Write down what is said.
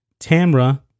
Tamra